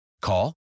Call